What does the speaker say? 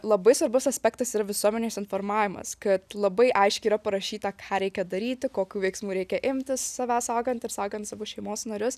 labai svarbus aspektas yra visuomenės informavimas kad labai aiškiai yra parašyta ką reikia daryti kokių veiksmų reikia imtis save saugant ir saugant savo šeimos narius